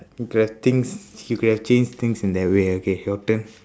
he could have things he could have changed things in that way okay your turn